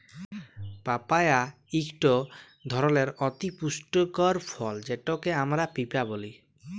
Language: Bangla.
পাপায়া ইকট ধরলের অতি পুষ্টিকর ফল যেটকে আমরা পিঁপা ব্যলি